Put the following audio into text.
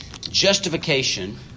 Justification